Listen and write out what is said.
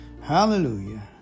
Hallelujah